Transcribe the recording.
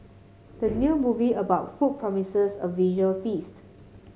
the new movie about food promises a visual feast